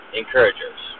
encouragers